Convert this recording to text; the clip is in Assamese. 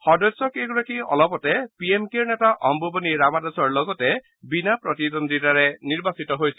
সদস্যকেইগৰাকী অলপতে পি এম কেৰ নেতা অম্বুমণি ৰামাদাসৰ লগতে বিনা প্ৰতিদ্বন্দিতাৰে নিৰ্বাচিত হৈছিল